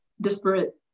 disparate